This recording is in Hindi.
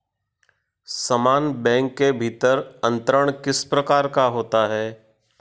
समान बैंक के भीतर अंतरण किस प्रकार का होता है?